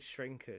Shrinkers